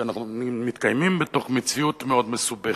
כי אנחנו מתקיימים בתוך מציאות מאוד מסובכת.